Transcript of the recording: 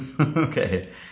Okay